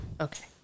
Okay